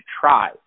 try